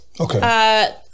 okay